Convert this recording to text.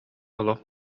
олох